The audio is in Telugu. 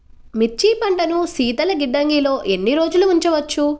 మిర్చి పంటను శీతల గిడ్డంగిలో ఎన్ని రోజులు ఉంచవచ్చు?